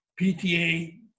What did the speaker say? PTA